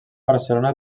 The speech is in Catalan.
barcelona